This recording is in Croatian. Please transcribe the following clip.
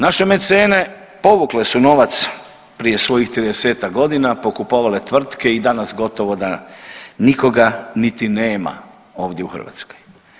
Naše mecene povukle su novac prije svojih 30-tak godina, pokupovale tvrtke i danas gotovo da nikoga niti nema ovdje u Hrvatskoj.